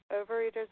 Overeaters